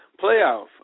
playoff